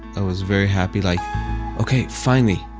i was very happy. like ok finally,